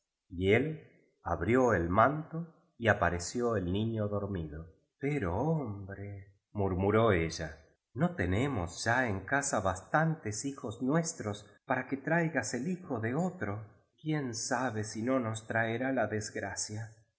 y él abrió el manto y apareció el niño dormido pero hombre murmuró ella no tenemos ya en casa bastantes hijos nuestros para que traigas el hijo de otro y quién sabe si nos traerá la desgracia y